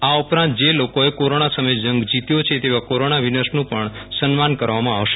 આ ઉપરાંત જે લોકોએ કોરોના સામે જંગ જીત્યો છે તેવા કોરોના વિનર્સનું પણ સન્માન કરવામાં આવશે